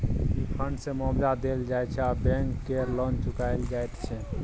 ई fund सँ मुआबजा देल जाइ छै आ बैंक केर लोन चुकाएल जाइत छै